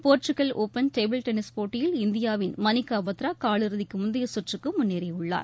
Portugal open table tennis போட்டியில் இந்தியாவின் மணிக்கா பத்ரா கால் இறுதிக்கு முந்தைய சுற்றுக்கு முன்னேறியுள்ளார்